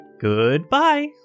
Goodbye